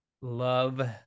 love